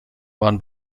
waren